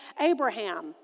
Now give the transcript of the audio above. Abraham